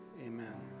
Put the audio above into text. Amen